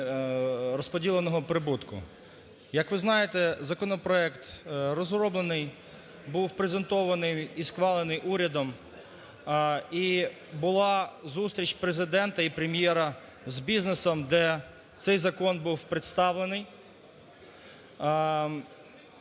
розподіленого прибутку. Як ви знаєте, законопроект розроблений, був презентований і схвалений урядом і була зустріч Президента і Прем'єра з бізнесом, де цей закон був представлений.